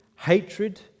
hatred